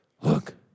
Look